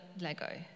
Lego